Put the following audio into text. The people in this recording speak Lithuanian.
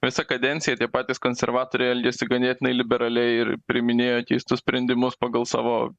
visą kadenciją tie patys konservatoriai elgiasi ganėtinai liberaliai ir priiminėjo keistus sprendimus pagal savo